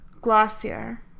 Glacier